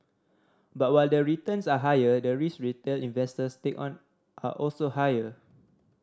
but while the returns are higher the risk retail investors take on are also higher